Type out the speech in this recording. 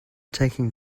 taking